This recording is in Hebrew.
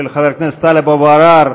של חבר הכנסת טלב אבו עראר,